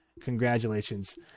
Congratulations